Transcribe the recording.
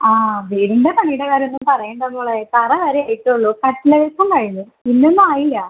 ആ വീടിൻ്റെ പണിയുടെ കാര്യമൊന്നും പറയേണ്ട മോളെ തറ വരെ ആയിട്ടുള്ളു കട്ടില വയ്പ്പും കഴിഞ്ഞു പിന്നെ ഒന്നുമായില്ല